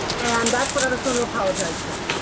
and that's what i was going to apologize for.